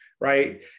right